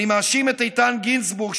אני מאשים את איתן גינזבורג,